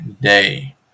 day